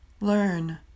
learn